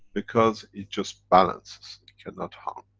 because it just balances, it cannot harm.